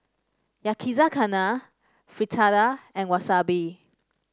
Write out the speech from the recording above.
Yakizakana Fritada and Wasabi